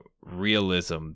realism